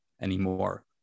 anymore